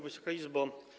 Wysoka Izbo!